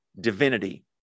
divinity